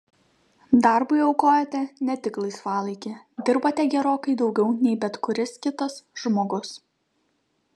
darbui aukojate net tik laisvalaikį dirbate gerokai daugiau nei bet kuris kitas žmogus